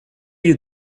you